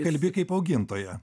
kalbi kaip augintoja